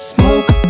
Smoke